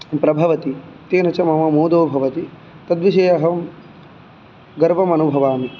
प्रभवति तेन च मम मोदो भवति तद्विषये अहं गर्वमनुभवामि